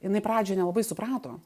jinai pradžioj nelabai suprato